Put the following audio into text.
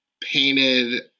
painted